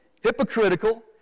hypocritical